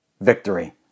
victory